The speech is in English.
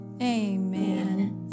amen